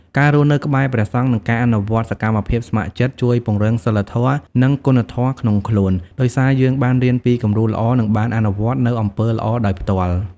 ការរស់នៅក្បែរព្រះសង្ឃ និងការអនុវត្តសកម្មភាពស្ម័គ្រចិត្ត ជួយពង្រឹងសីលធម៌ និងគុណធម៌ក្នុងខ្លួន ដោយសារយើងបានរៀនពីគំរូល្អ និងបានអនុវត្តនូវអំពើល្អដោយផ្ទាល់។